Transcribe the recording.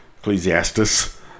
Ecclesiastes